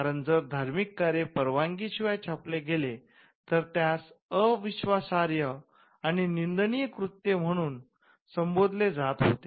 कारण जर धार्मिक कार्य पवानगी शिवाय छापले गेले तर त्यास अविश्वासार्ह्य आणि निंदनीय कृत्य म्हणून संबोधले जात होते